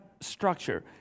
structure